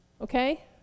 Okay